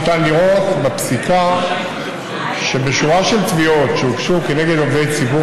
ניתן לראות בפסיקה שבשורה של תביעות שהוגשו כנגד עובדי ציבור,